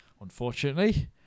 unfortunately